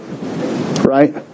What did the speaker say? Right